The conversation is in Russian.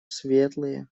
светлые